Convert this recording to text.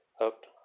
up